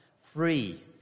free